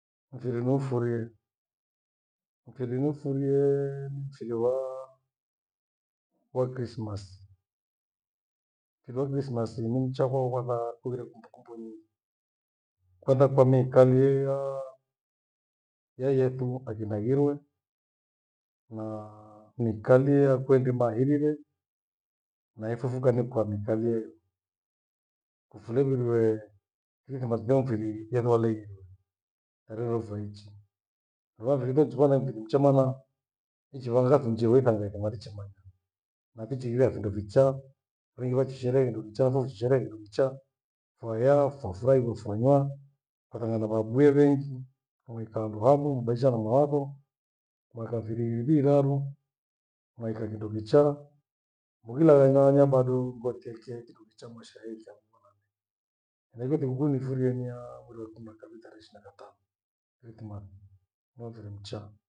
Mfiri niufirie, mfiri niufiriee ni mfirii wa krisimasi. Mfiri wa krisima ni mcha kwaukwanza ughire kumbukumbu nyinyi. Kwanza kwa mikalie ya yesu akidhaliwe. na mikalia kweli mahirire na efufuka nikwamikalie. Kufiri kuriwe neklimalia mfiriri heniwaliingie kerinoofaichi. Rua kirindilicho kichi kua mcha mwana kichi vanga thunjewaithangani waricha manyi. Na ngaiiche vindo vichaa, vengi vakishrekea kindo kichaa, lushisheree kindo kichaa. Faya fofaigwo fanywa kakina thababu vievingi. Mwaikaa handu hamu mwaabadilishana mawatho mwaikaa mfiriri ivi iraru, mwaika kindo kichaa muila inghanya bado ngotete kikundi cha mweshaeshaekya. Naiko sikukuu niifurie niya mweri wa ikumi na kawi tarehe ishirini na katano etimani nimfiri mcha.